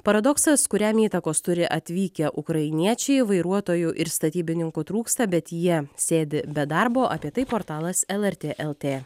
paradoksas kuriam įtakos turi atvykę ukrainiečiai vairuotojų ir statybininkų trūksta bet jie sėdi be darbo apie tai portalas lrt lt